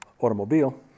automobile